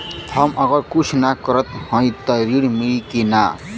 हम अगर कुछ न करत हई त ऋण मिली कि ना?